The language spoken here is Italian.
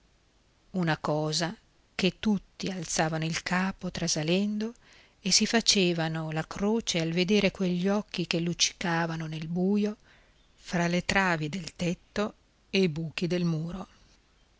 una cosa che tutti alzavano il capo trasalendo e si facevano la croce al vedere quegli occhi che luccicavano nel buio fra le travi del tetto e i buchi del muro